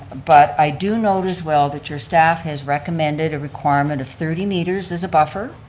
but i do note as well that your staff has recommended a requirement of thirty meters as a buffer,